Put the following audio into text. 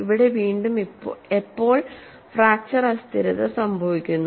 ഇവിടെ വീണ്ടും എപ്പോൾ ഫ്രാക്ച്ചർ അസ്ഥിരത സംഭവിക്കുന്നു